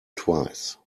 twice